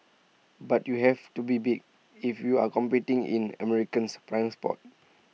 but you have to be big if you're competing in American's prime spots